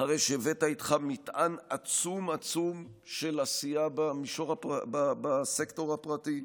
אחרי שהבאת איתך מטען עצום של עשייה בסקטור הפרטי.